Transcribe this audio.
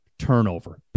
turnover